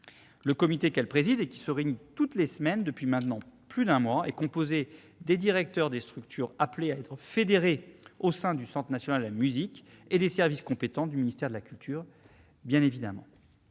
Le comité qu'elle préside, qui se réunit toutes les semaines depuis maintenant plus d'un mois, est composé des directeurs des structures appelées à être fédérées au sein du Centre national de la musique et de représentants des services compétents du ministère de la culture, bien évidemment.